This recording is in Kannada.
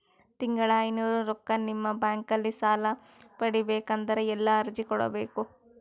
ತಿಂಗಳ ಐನೂರು ರೊಕ್ಕ ನಿಮ್ಮ ಬ್ಯಾಂಕ್ ಅಲ್ಲಿ ಸಾಲ ಪಡಿಬೇಕಂದರ ಎಲ್ಲ ಅರ್ಜಿ ಕೊಡಬೇಕು?